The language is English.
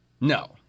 No